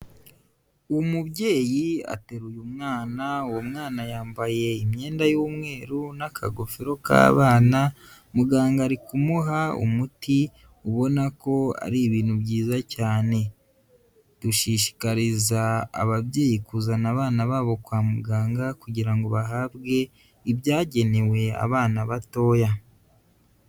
Umubyeyi ateruye umwana, uwo mwana yambaye imyenda y'umweru n'akagofero k'abana, muganga ari kumuha umuti ubona ko ari ibintu byiza cyane, dushishikariza ababyeyi kuzana abana babo kwa muganga kugira ngo bahabwe ibyagenewe abana batoya.